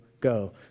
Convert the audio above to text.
go